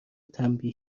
تنبیه